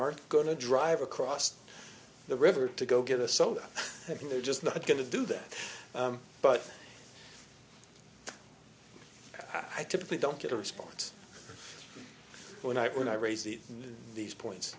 are going to drive across the river to go get a soda i think they're just not going to do that but i typically don't get a response when i when i raise the these points